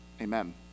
amen